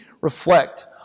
reflect